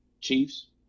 Chiefs